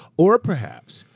or perhaps,